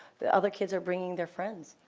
the other kids are bringing their friends.